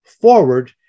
forward